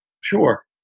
Sure